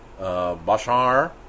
Bashar